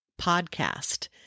PODCAST